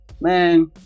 man